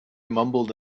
mumbled